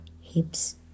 Hips